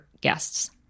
guests